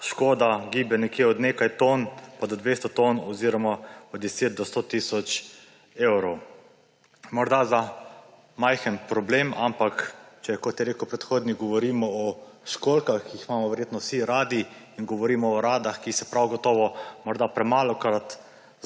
škoda giblje nekje od nekaj ton pa do 200 ton oziroma od 10 do 100 tisoč evrov. Morda se zdi majhen problem, ampak če, kot je rekel predhodnik, govorimo o školjkah, ki jih imamo verjetno vsi radi, in govorimo o oradah, ki se prav gotovo morda premalokrat